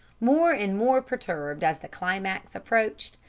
more and more perturbed, as the climax approached,